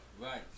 Right